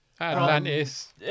Atlantis